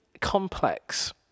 complex